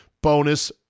bonus